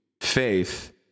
faith